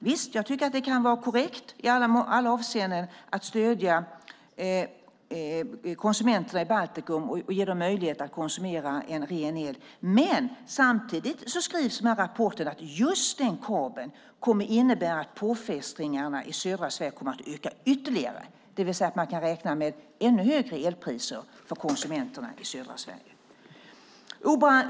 Det kan visst vara korrekt i alla avseenden att stödja konsumenterna i Baltikum och ge dem möjlighet att konsumera en ren el, men samtidigt skrivs det i den här rapporten att just den kabeln kommer att innebära att påfrestningarna i södra Sverige kommer att öka ytterligare. Det innebär att man kan räkna med ännu högre elpriser för konsumenterna i södra Sverige.